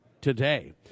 today